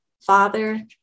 father